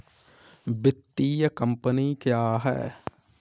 वित्तीय कम्पनी क्या है?